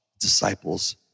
disciples